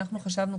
אנחנו חשבנו,